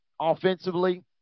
offensively